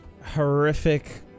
horrific